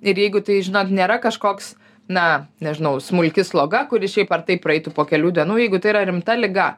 ir jeigu tai žinot nėra kažkoks na nežinau smulki sloga kuri šiaip ar taip praeitų po kelių dienų jeigu tai yra rimta liga